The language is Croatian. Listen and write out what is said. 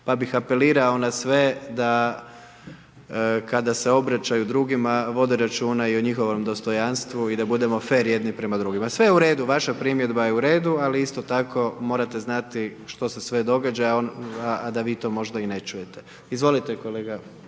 pa bih apelirao na sve kada se obraćaju drugima vode računa i o njihovom dostojanstvu i da budemo fer jedni prema drugima. Sve je u redu, vaša primjedba je u redu, ali isto tako morate znati što se sve događa a da vi to možda i ne čujete. Izvolite kolega